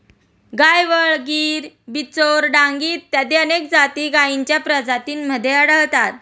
गायवळ, गीर, बिचौर, डांगी इत्यादी अनेक जाती गायींच्या प्रजातींमध्ये आढळतात